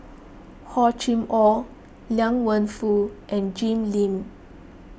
Hor Chim or Liang Wenfu and Jim Lim